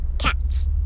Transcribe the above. Cats